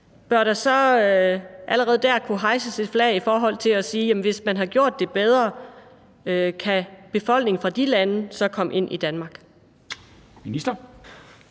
Bør der så allerede der kunne hejses et flag i forhold til at sige, at hvis de har gjort det bedre, kan befolkningen fra de lande komme ind i Danmark? Kl.